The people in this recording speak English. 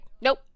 nope